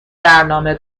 برنامه